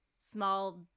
small